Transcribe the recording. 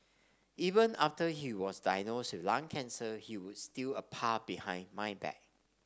even after he was diagnosed with lung cancer he would steal a puff behind my back